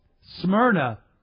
Smyrna